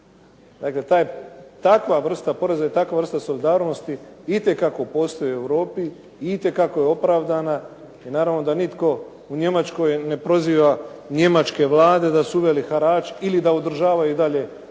Dakle, takva poreza i takva vrsta solidarnosti itekako postoji u Europi i itekako je opravdana i naravno da nitko u Njemačkoj ne proziva njemačke vlade da su uveli harač ili da održavaju i dalje